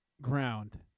ground